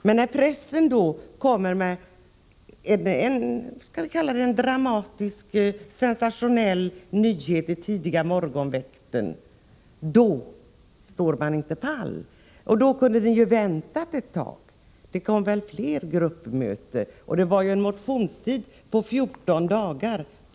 Men när pressen kommer med en, skall vi kalla det en dramatisk, sensationell nyhet i tidiga morgonväkten, då står man inte pall. Ni kunde ju ha väntat ett tag. Det kom väl fler gruppmöten, och man hade ju en motionstid på 14 dagar.